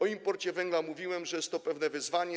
O imporcie węgla mówiłem, że jest to pewne wyzwanie.